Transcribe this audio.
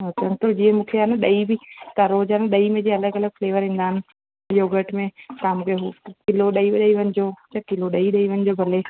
हुते जीअं आ न मूंखे ॾही बि तव्हां रोजाना ॾही में बि अलॻि अलॻि फ्लेवर ईंदा आहिनि योगर्ट में तव्हां मूंखे हूअ किलो ॾई वञिजो ऐं किलो ॾही ॾई वञिजो भले